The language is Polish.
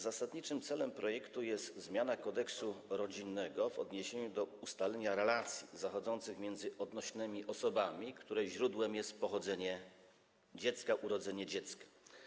Zasadniczym celem projektu jest zmiana Kodeksu rodzinnego i opiekuńczego w odniesieniu do ustalenia relacji zachodzących między odnośnymi osobami, której źródłem jest pochodzenie dziecka, urodzenie dziecka.